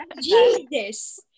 Jesus